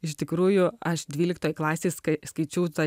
iš tikrųjų aš dvyliktoj klasėj ska skaičiau tą